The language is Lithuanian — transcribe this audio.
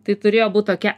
tai turėjo būt tokia